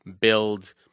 build